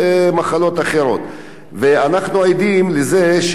אנחנו עדים לזה שיש קבוצות גדולות,